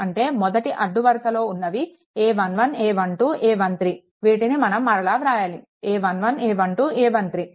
అంటే మొదటి అడ్డం వరుసలో ఉన్నవి a11 a12 a13 వీటిని మనం మరలా వ్రాయాలి a11 a12 a13